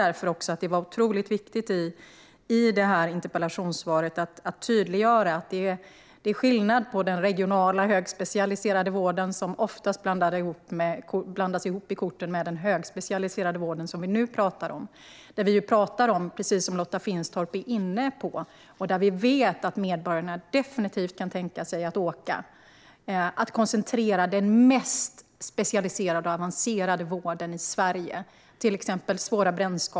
Därför tyckte jag att det var viktigt att i interpellationssvaret tydliggöra att det är skillnad på den regionala högspecialiserade vården och den högspecialiserade vård vi nu talar om. Lotta Finstorp var inne på det, och vi vet att medborgarna definitivt kan tänka sig att man koncentrerar den mest specialiserade och avancerade vården i Sverige till vissa sjukhus.